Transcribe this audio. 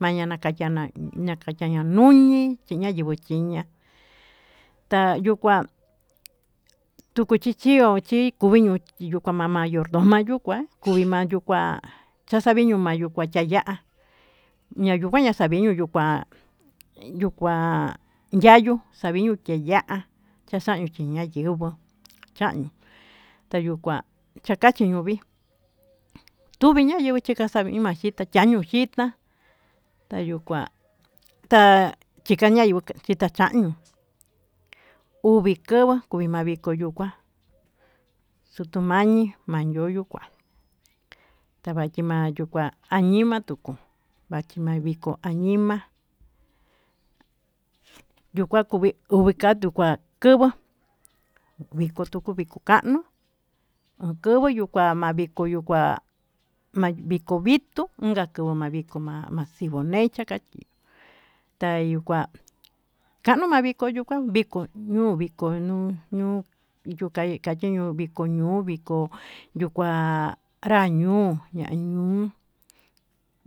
Mayaña kañana nakayana uñii chinayenguó kiña'a, tayuu kuá kuchino chiño'o kuño kuchiño ma'a ma mayordoma yuu kua kuima'a yuu kuá, chaxaviño ma'a yuu kuá ña'a xuu xuña chaviño yuu kuá yuu kua yayu xaviño keya'á, chaxanio chinaa'a yenguó chanio tayukua chaka chiñoni tunii nayenguó kitaxavi tuu maxhitá yañuu xhitá tayuu kua chikaña yenguó chanio kuá ñuu uvii kava kumi ma'a, kivo yuu kuá xuu tuu mayi mayoyo kuá tachima'a yuu kua añima tukuu vachiama'a viko añima'a yuu kua kuvi uvikatu kuá tunguóviko tunguó viko kanuu ukuyu yuu kua maviko yuu kuá ma'a viko vituu unká kunguó ma'a viko ma'a vaxinguó necha kaxii, taí kua kanuu ma'a viko yuu kia ma'a viko ñuu viko ñuu yuu a kachiño vikó ñuu viko yuu kuá nra ñuu ya ñuu